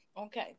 Okay